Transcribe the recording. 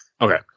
Okay